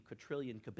quadrillion